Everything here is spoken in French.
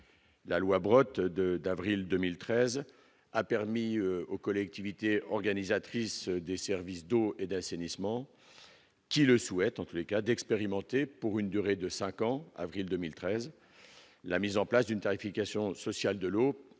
la loi Brottes de d'avril 2013 a permis aux collectivités organisatrices des services d'eau et d'assainissement qui le souhaite en tous les cas d'expérimenter pour une durée de 5 ans, avril 2013, la mise en place d'une tarification sociale de l'eau